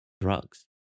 drugs